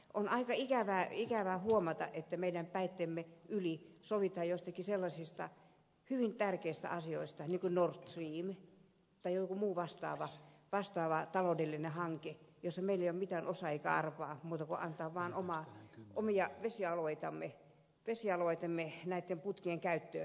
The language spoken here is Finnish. on aika ikävä huomata että meidän päittemme yli sovitaan joistakin sellaisista hyvin tärkeistä asioista niin kuin nord stream tai joku muu vastaava taloudellinen hanke jossa meillä ei ole mitään osaa eikä arpaa muuta kuin antaa vaan omia vesialueitamme näitten putkien käyttöön